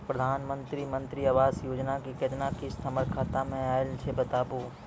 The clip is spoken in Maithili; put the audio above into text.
प्रधानमंत्री मंत्री आवास योजना के केतना किस्त हमर खाता मे आयल छै बताबू?